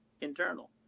internal